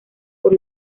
por